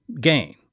gain